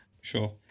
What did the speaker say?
Sure